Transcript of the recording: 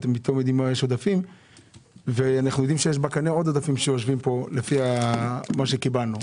יודעים שיש בקנה עוד עודפים לפי מה שקיבלנו.